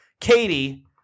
Katie